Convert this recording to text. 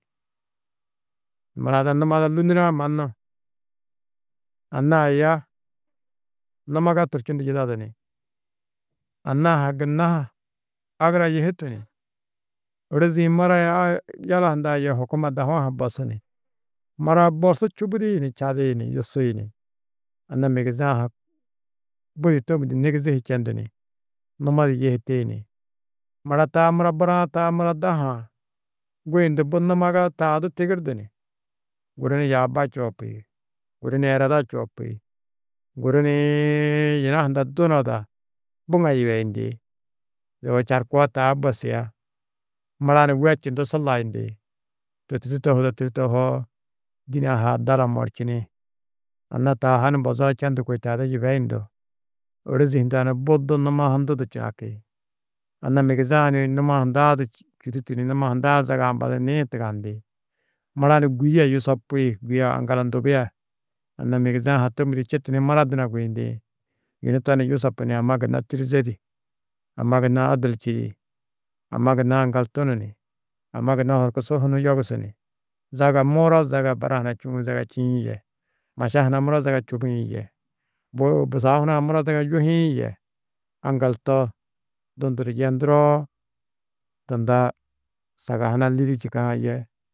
Mura ada numa ada lûnurã mannu anna-ã aya numaga turčundu yidadu ni, anna-ã ha gunna agurayihitu ni, ôrozi-ĩ mura yê yala hundã yê hukuma dahu-ã ha bosu ni, mura borsu čubudi ni čadi ni yusi ni, anna migiza-ã ha budi tômudu nigizihi čendu ni, numo di yihiti ni, mura taa mura; buraã taa mura daha-ã guyundu bu numaga taa du tigirdu ni, guru ni yaaba čoopi, guru ni ereda čoopi, guru ni yina hundã dunada buŋa yibeyindi, yoo čarkoo taa bosia, mura ni wečindú su layindi, to tûrtu tohudo tohoo dîne-ã ha adala morčini, anna taa ha mbozoo čendu kôi taa du yiebyindú, ôrozi hundã bu du numa hundu du činaki, anna migiza-ã ni numa hundã du čûdutu ni, numa hundã zaga ambadinĩ tagandi, mura ni gûi a yusopi, gûi a aŋgala ndubia, anna migiza-ã ha tômudu čitu ni mura duna guyindĩ yunu to ni yusopi ni amma gunna tîrize di, amma gunna adul čîi, amma gunna aŋgaltunu ni, amma gunna horkusu hunu yogusu ni, zaga muro zaga bara hunã čûuŋu zaga čîĩ yê, maša hunã muro zaga čubĩ yê, buru hu busahu hunã zaga muro yuhuĩ yê, aŋgal to dunduru yenduroo, tunda sagahuna lîdi čîkã yê.